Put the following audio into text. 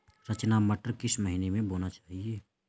रचना मटर किस महीना में बोना चाहिए?